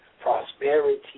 prosperity